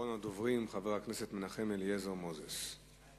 אחרון הדוברים, חבר הכנסת אליעזר מנחם מוזס.